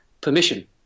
permission